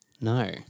No